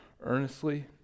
earnestly